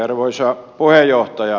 arvoisa puheenjohtaja